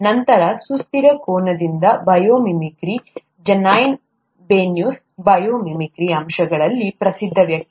ನಂತರ ಸುಸ್ಥಿರ ಕೋನದಿಂದ biomimicry Janine Benyus biomimicry ಅಂಶಗಳಲ್ಲಿ ಪ್ರಸಿದ್ಧ ವ್ಯಕ್ತಿ